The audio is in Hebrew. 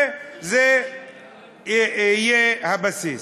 וזה יהיה הבסיס.